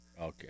Okay